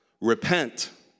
Repent